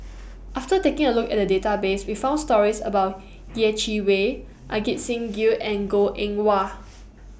after taking A Look At The Database We found stories about Yeh Chi Wei Ajit Singh Gill and Goh Eng Wah